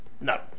No